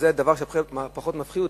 זה דבר שפחות מפחיד אותי,